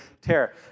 terror